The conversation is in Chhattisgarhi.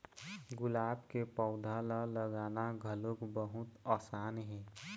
गुलाब के पउधा ल लगाना घलोक बहुत असान हे